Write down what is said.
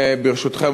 ברשותכם,